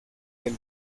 del